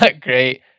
great